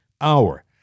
hour